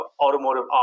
automotive